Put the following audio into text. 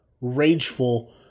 rageful